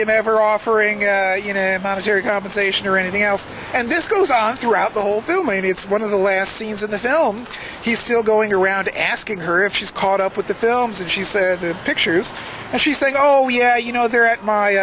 him ever offering you know monetary compensation or anything else and this goes on throughout the whole film maybe it's one of the last scenes in the film he's still going around asking her if she's caught up with the films and she said the pictures and she's saying oh yeah you know they're at my